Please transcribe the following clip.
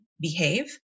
behave